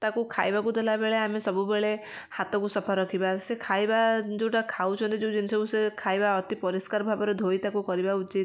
ତାକୁ ଖାଇବାକୁ ଦେଲାବେଳେ ଆମେ ସବୁବେଳେ ହାତକୁ ସଫା ରଖିବା ସେ ଖାଇବା ଯେଉଁଟା ଖାଉଛନ୍ତି ଯେଉଁ ଜିନିଷକୁ ସେ ଖାଇବା ଅତି ପରିଷ୍କାର ଭାବରେ ଧୋଇ ତାକୁ କରିବା ଉଚିତ